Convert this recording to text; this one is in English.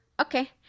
okay